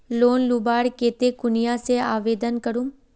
Loan लुबार केते कुनियाँ से आवेदन करूम?